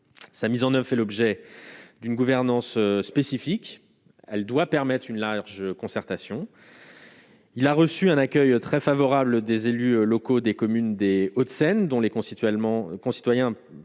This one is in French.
sa mise en a fait l'objet d'une gouvernance spécifique, elle doit permettre une large concertation. Il a reçu un accueil très favorable des élus locaux des communes des Hauts-de-Seine, dont les allemand concitoyens